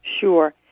Sure